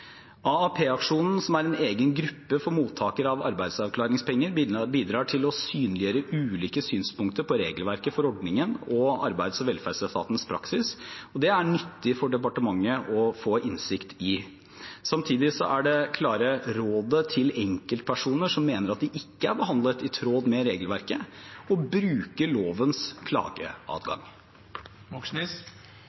som er en egen gruppe for mottakere av arbeidsavklaringspenger, bidrar til å synliggjøre ulike synspunkter på regelverket for ordningen og arbeids- og velferdsetatens praksis, og det er nyttig for departementet å få innsikt i. Samtidig er det klare rådet til enkeltpersoner som mener at de ikke er behandlet i tråd med regelverket, å bruke lovens